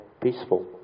peaceful